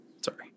Sorry